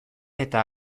eta